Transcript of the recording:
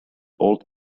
old